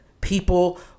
people